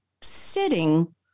Sitting